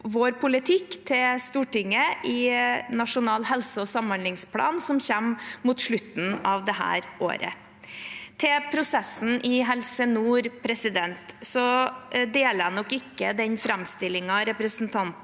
vår politikk til Stortinget i nasjonal helse- og samhandlingsplan, som kommer mot slutten av dette året. Når det gjelder prosessen i Helse Nord, deler jeg nok ikke den framstillingen representanten